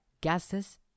gases